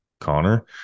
Connor